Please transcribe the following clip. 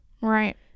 Right